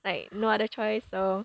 like no other choice so